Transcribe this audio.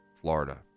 Florida